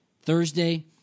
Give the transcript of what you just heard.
Thursday